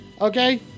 Okay